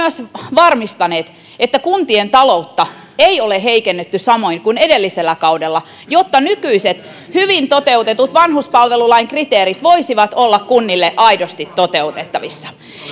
varmistaneet että kuntien taloutta ei ole heikennetty samoin kuin edellisellä kaudella jotta nykyiset hyvin toteutetut vanhuspalvelulain kriteerit voisivat olla kunnille aidosti toteutettavissa